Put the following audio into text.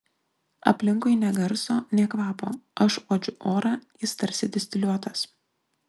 aplinkui nė garso nė kvapo aš uodžiu orą jis tarsi distiliuotas